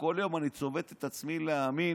כל יום אני צובט את עצמי כדי להאמין